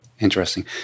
Interesting